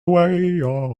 away